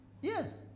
Yes